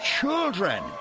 children